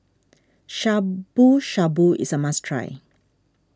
Shabu Shabu is a must try